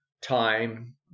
time